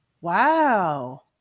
Wow